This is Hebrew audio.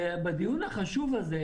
בבקשה,